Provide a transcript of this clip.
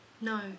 No